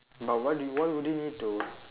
but why do you why would you need to